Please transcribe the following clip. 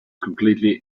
completely